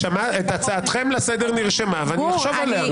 הצעתכם לסדר נרשמה, ואני אחשוב עליה.